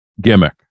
gimmick